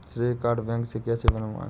श्रेय card bank से कैसे बनवाएं?